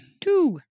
Two